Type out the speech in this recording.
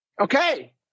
okay